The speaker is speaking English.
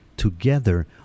together